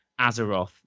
Azeroth